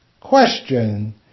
Question